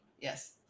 Yes